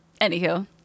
Anywho